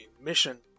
mission